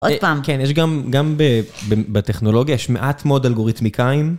עוד פעם. כן, יש גם בטכנולוגיה, יש מעט מאוד אלגוריתמיקאים.